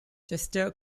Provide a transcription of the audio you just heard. chester